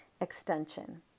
extension